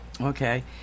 okay